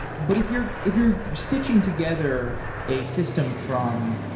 but if you're if you're stitching together a system from,